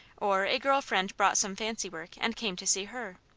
or a girl friend brought some fancy work and came to see her.